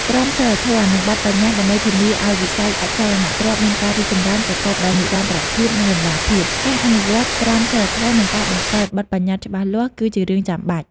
ក្រមសីលធម៌ និងបទប្បញ្ញត្តិដើម្បីធានាឲ្យវិស័យអចលនទ្រព្យមានការរីកចម្រើនប្រកបដោយនិរន្តរភាព និងតម្លាភាព ការអនុវត្ត ក្រមសីលធម៌ និងការបង្កើត បទប្បញ្ញត្តិ ច្បាស់លាស់ គឺជារឿងចាំបាច់។